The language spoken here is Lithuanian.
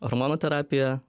hormonų terapiją